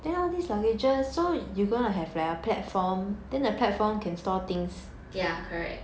ya correct